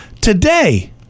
today